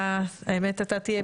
האמת שאתה תהיה